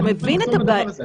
אתה מבין את הבעיה?